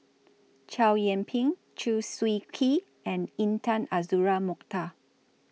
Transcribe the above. Chow Yian Ping Chew Swee Kee and Intan Azura Mokhtar